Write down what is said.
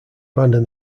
abandon